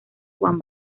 juan